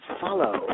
follow